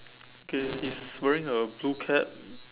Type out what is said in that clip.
okay he's wearing a blue cap